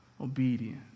obedience